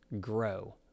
grow